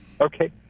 Okay